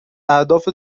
اهداف